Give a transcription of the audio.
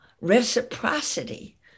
reciprocity